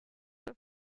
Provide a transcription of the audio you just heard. with